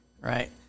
Right